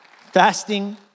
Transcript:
Fasting